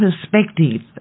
perspective